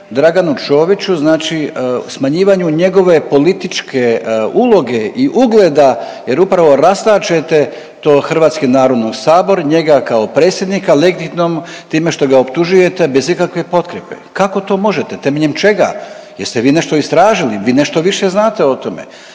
Draganu Čoviću znači smanjivanju njegove političke uloge i ugleda jer upravo rastačete to Hrvatski narodni sabor njega kao predsjednika legitimnog time što ga optužujete bez ikakve potkrijepe. Kako to možete, temeljem čega? Jeste vi nešto istražili, vi nešto više znate o tome?